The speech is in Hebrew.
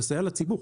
לסייע לציבור.